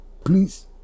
Please